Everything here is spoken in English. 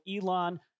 Elon